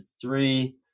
three